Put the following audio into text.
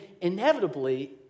inevitably